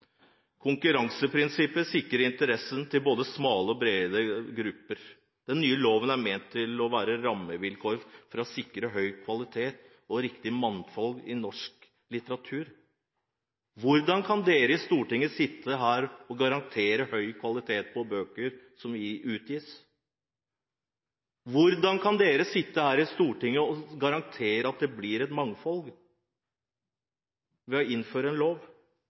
Konkurranseprinsippet sikrer interessen til både smale og brede grupper. Den nye loven er ment å gi rammevilkår som sikrer høy kvalitet og et rikt mangfold i norsk litteratur. Hvordan kan man sitte her i Stortinget og garantere høy kvalitet på bøker som utgis? Hvordan kan man sitte her i Stortinget og garantere at det blir et mangfold ved å innføre en lov?